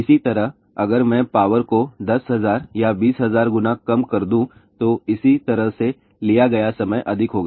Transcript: इसी तरह अगर मैं पावर को 10000 या 20000 गुना कम कर दूं तो इसी तरह से लिया गया समय अधिक होगा